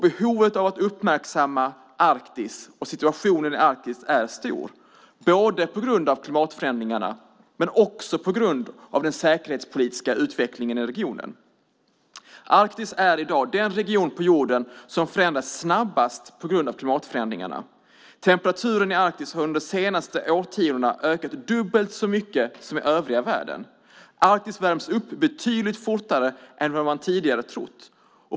Behovet att uppmärksamma Arktis och situationen i Arktis är stort på grund av både klimatförändringarna och den säkerhetspolitiska utvecklingen i regionen. Arktis är i dag den region på jorden som förändras snabbast på grund av klimatförändringarna. Temperaturen i Arktis har under de senaste årtiondena ökat dubbelt så mycket som i övriga världen. Arktis värms upp betydligt fortare än vad man tidigare trott.